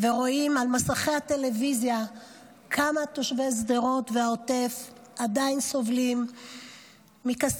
רואים על מסכי הטלוויזיה כמה תושבי שדרות והעוטף עדיין סובלים מקסאמים.